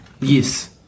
Yes